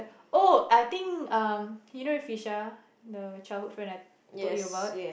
oh I think um you know Phisha the childhood friend I told you about